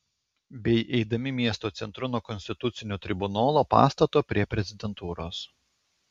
bei eidami miesto centru nuo konstitucinio tribunolo pastato prie prezidentūros